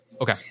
Okay